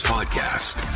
Podcast